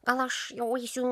gal aš jau eisiu